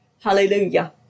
Hallelujah